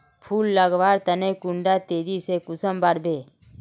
फुल लगवार तने कुंडा तेजी से कुंसम बार वे?